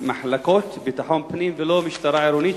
מחלקות ביטחון פנים ולא משטרה עירונית,